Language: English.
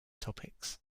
topics